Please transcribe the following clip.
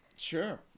Sure